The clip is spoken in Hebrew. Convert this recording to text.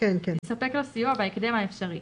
יספק לו סיוע בהקדם האפשרי,